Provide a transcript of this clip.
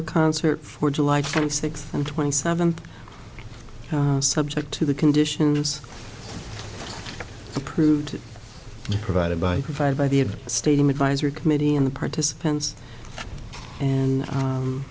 tour concert for july twenty sixth and twenty seventh subject to the conditions approved provided by provided by the stadium advisory committee and the participants and